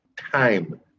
time